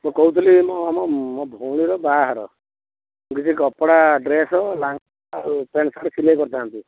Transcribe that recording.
ମୁଁ କହୁଥିଲି ମୁଁ ଆମ ମୋ ଭଉଣୀର ବାହାଘର କିଛି କପଡ଼ା ଡ୍ରେସ୍ ଆଉ ପ୍ୟାଣ୍ଟ ସାର୍ଟ ସିଲାଇ କରିଥାନ୍ତି